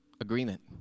agreement